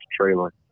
trailer